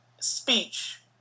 speech